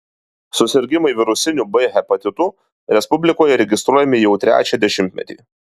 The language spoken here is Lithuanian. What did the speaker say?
susirgimai virusiniu b hepatitu respublikoje registruojami jau trečią dešimtmetį